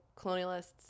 colonialists